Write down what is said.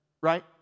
right